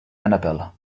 annabelle